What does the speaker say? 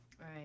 right